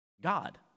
God